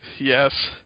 Yes